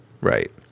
Right